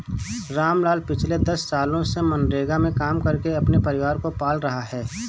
रामलाल पिछले दस सालों से मनरेगा में काम करके अपने परिवार को पाल रहा है